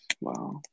Wow